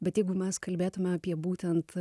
bet jeigu mes kalbėtume apie būtent